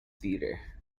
theatre